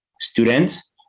students